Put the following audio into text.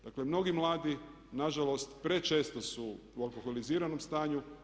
Dakle, mnogi mladi na žalost prečesto su u alkoholiziranom stanju.